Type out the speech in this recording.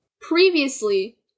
Previously